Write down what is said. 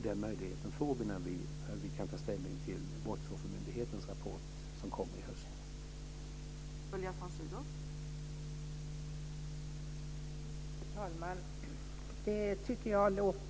Den möjligheten får vi när vi kan ta ställning till Brottsoffermyndighetens rapport som kommer i höst.